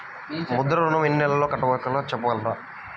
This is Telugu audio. ముద్ర ఋణం ఎన్ని నెలల్లో కట్టలో చెప్పగలరా?